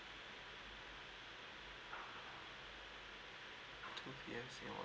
two P_M it was